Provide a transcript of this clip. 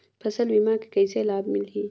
फसल बीमा के कइसे लाभ मिलही?